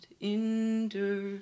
endure